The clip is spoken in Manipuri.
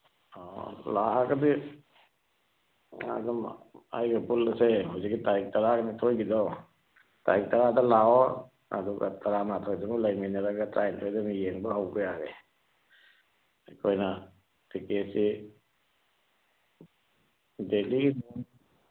ꯑꯣ ꯂꯥꯛꯑꯒꯗꯤ ꯑꯗꯨꯝ ꯑꯩꯒ ꯄꯨꯜꯂꯁꯦ ꯍꯧꯖꯤꯛꯀꯤ ꯇꯥꯔꯤꯛ ꯇꯔꯥꯒ ꯅꯤꯊꯣꯏꯒꯤꯗꯣ ꯇꯥꯔꯤꯛ ꯇꯔꯥꯗ ꯂꯥꯛꯑꯣ ꯑꯗꯨꯒ ꯇꯔꯥꯃꯥꯊꯣꯏꯗꯨꯃ ꯂꯩꯃꯤꯟꯅꯔꯒ ꯇꯔꯥꯅꯤꯊꯣꯏꯗꯅ ꯌꯦꯡꯕ ꯍꯧꯕ ꯌꯥꯔꯦ ꯑꯩꯈꯣꯏꯅ ꯇꯤꯀꯦꯠꯁꯤ ꯗꯦꯂꯤ